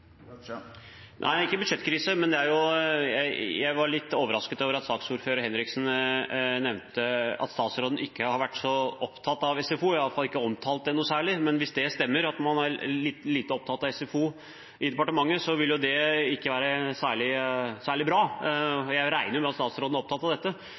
Nei, ikke budsjettkrise, men jeg var litt overrasket over at saksordfører Martin Henriksen nevnte at statsråden ikke har vært så opptatt av SFO, eller i hvert fall ikke omtalt det noe særlig. Men hvis det stemmer at man er litt lite opptatt av SFO i departementet, vil ikke det være særlig bra. Jeg regner jo med at statsråden er opptatt av dette.